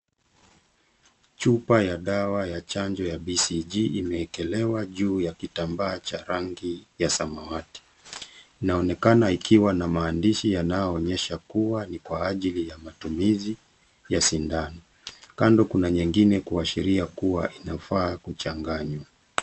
Chupa ya dawa ya chanjo ya BCG imewekelewa juu ya kitambaa cha rangi ya samawati . Inaonekana ikiwa na maandishi yanayoonyesha kuwa ni kwa ajili ya matumizii ya sindano. Kando kuna nyingine kuashira kuwa inafaa kuchanganywa.